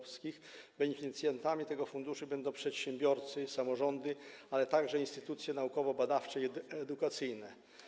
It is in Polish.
Beneficjentami tego funduszu będą przedsiębiorcy, samorządy, a także instytucje naukowo-badawcze i edukacyjne.